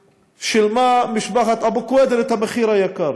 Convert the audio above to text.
כששילמה משפחת אבו קוידר את המחיר היקר